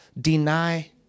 deny